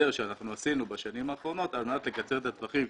שאנחנו עשינו בשנים האחרונות על מנת לקצר את הטווחים,